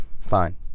Fine